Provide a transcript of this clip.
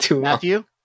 Matthew